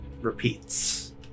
repeats